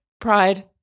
Pride